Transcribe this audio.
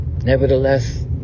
nevertheless